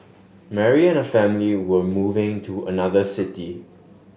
Mary and her family were moving to another city